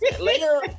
Later